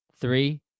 Three